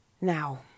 Now